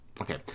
okay